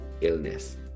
illness